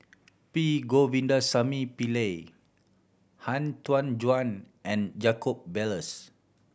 P Govindasamy Pillai Han Tan Juan and Jacob Ballas